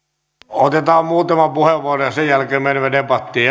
otetaan muutama puheenvuoro ja sen jälkeen menemme debattiin